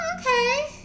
okay